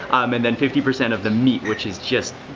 and then fifty percent of the meat which is just,